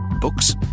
Books